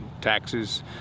Taxes